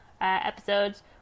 episodes